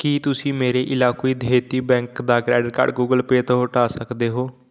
ਕੀ ਤੁਸੀਂਂ ਮੇਰੇ ਏਲਾਕੁਈ ਦੇਹਤੀ ਬੈਂਕ ਦਾ ਕਰੇਡਿਟ ਕਾਰਡ ਗੁਗਲ ਪੇਅ ਤੋਂ ਹਟਾ ਸਕਦੇ ਹੋ